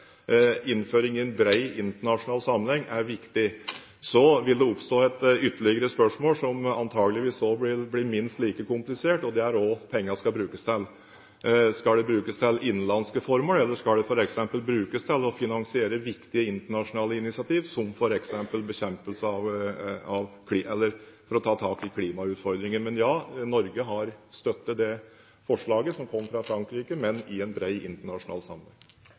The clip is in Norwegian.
innføring i en bred internasjonal sammenheng er viktig. Så vil det oppstå ytterligere et spørsmål som antageligvis vil bli minst like komplisert: Hva skal pengene brukes til? Skal de brukes til innenlandske formål, eller skal de f.eks. brukes til å finansiere viktige internasjonale initiativ som f.eks. å ta tak i klimautfordringer? Ja, Norge har støttet det forslaget som kom fra Frankrike, men i en bred internasjonal sammenheng.